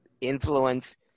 influence